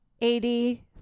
eighty